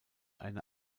eine